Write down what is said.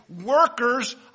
workers